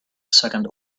second